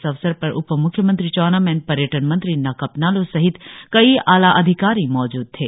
इस अवसर पर उप मुख्यमंत्री चाउना मेन पर्यटन मंत्री नाकाप नालो सहित कई आला अधिकारी मौजूद थे